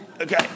Okay